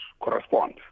correspond